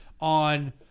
on